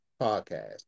podcast